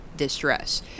distress